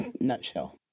nutshell